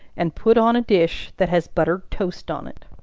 and put on a dish that has buttered toast on it.